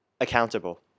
accountable